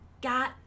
got